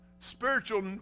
Spiritual